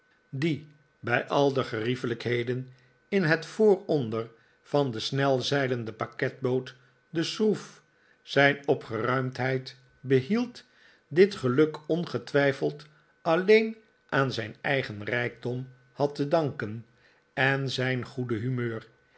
die bij al de geriefelijkheden in het vooronder van de snelzeilende paketboot de schroef zijn opgeruimdheid behield dit geluk ongetwijfeld alleen aan zijn eigen rijkdom had te danken en zijn goede humeur